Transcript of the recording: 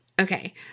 Okay